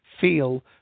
feel